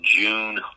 June